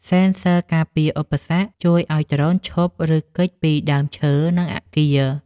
សេនស័រការពារឧបសគ្គ ជួយឱ្យដ្រូនឈប់ ឬគេចពីដើមឈើ និងអាគារ។